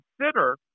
consider